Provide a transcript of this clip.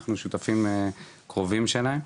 אנחנו שותפים קרובים שלהם.